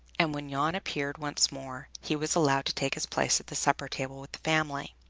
and when jan appeared once more, he was allowed to take his place at the supper-table with the family.